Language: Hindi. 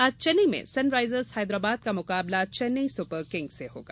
आज चेन्नई में सन राइजर्स हैदराबाद का मुकाबला चेन्नई सुपर किंग्स से होगा